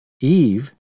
Eve